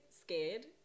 scared